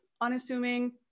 unassuming